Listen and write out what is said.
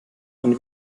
und